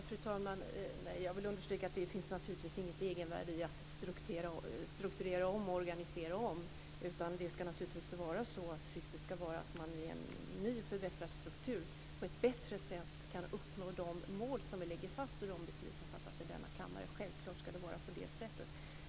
Fru talman! Jag vill understryka att det naturligtvis inte finns något egenvärde i att strukturera om och organisera om. Syftet ska naturligtvis vara att man i en ny och förbättrad struktur på ett bättre sätt kan uppnå de mål som vi lägger fast i de beslut som fattas i denna kammare. Självklart ska det vara på det sättet.